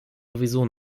sowieso